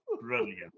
brilliant